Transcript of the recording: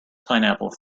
pineapple